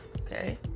okay